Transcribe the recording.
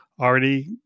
already